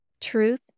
truth